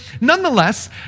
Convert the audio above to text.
nonetheless